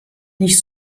nicht